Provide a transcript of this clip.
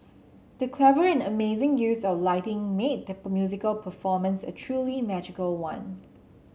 the clever and amazing use of lighting made the musical performance a truly magical one